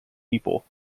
people